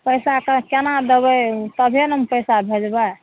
पैसा केना देबै तबे ने हम पैसा भेजबै